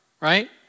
right